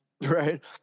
Right